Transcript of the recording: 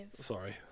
Sorry